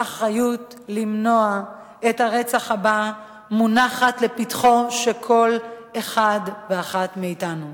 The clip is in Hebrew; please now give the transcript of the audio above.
האחריות למנוע את הרצח הבא מונחת לפתחו של כל אחד ואחת מאתנו.